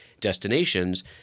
destinations